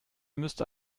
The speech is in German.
müsste